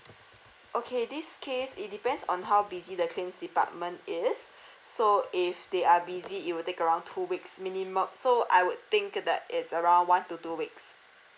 okay this case it depends on how busy the claims department is so if they are busy it will take around two weeks minimum so I would think that it's around one to two weeks